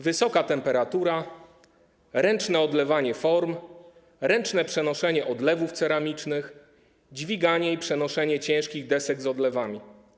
Wysoka temperatura, ręczne odlewanie form, ręczne przenoszenie odlewów ceramicznych, dźwiganie i przenoszenie ciężkich desek z odlewami.